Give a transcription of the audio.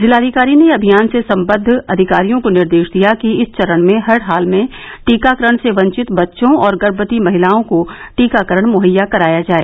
जिलाधिकारी ने अमियान से संबद्द अधिकारियों को निर्देश दिया कि इस चरण में हर हाल में टीकाकरण से वंचित बच्चों और गर्मवती महिलाओं को टीकाकरण मुहैया कराया जाए